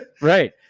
Right